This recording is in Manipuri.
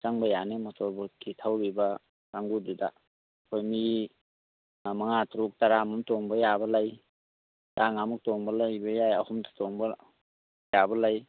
ꯆꯪꯕ ꯌꯥꯅꯤ ꯃꯣꯇꯣꯔ ꯕꯨꯠꯀꯤ ꯊꯧꯔꯤꯕ ꯀꯥꯡꯕꯨꯗꯨꯗ ꯑꯩꯈꯣꯏ ꯃꯤ ꯃꯉꯥ ꯇꯔꯨꯛ ꯇꯔꯥ ꯃꯨꯛ ꯇꯣꯡꯕ ꯌꯥꯕ ꯂꯩ ꯇꯔꯥ ꯃꯉꯥꯃꯨꯛ ꯇꯣꯡꯕ ꯂꯩꯕ ꯌꯥꯏ ꯑꯍꯨꯝꯇ ꯇꯣꯡꯕ ꯌꯥꯕ ꯂꯩ